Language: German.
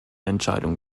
entscheidung